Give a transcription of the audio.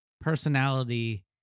personality